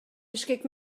бишкек